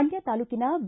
ಮಂಡ್ಚ ತಾಲೂಕಿನ ವಿ